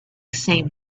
seemed